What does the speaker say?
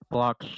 Block